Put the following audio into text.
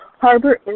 Harbor